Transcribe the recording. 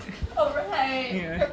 ya